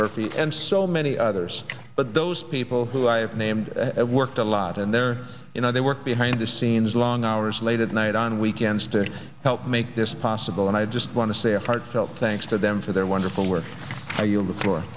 murphy and so many others but those people who i have named worked a lot and they're you know they work behind the scenes long hours late at night on weekends to help make this possible and i just want to say a heartfelt thanks to them for their wonderful work on the floor